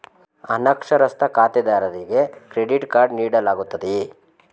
ಅನಕ್ಷರಸ್ಥ ಖಾತೆದಾರರಿಗೆ credit card ನೀಡಲಾಗುತ್ತದೆಯೇ?